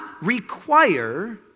require